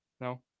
No